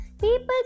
people